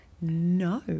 No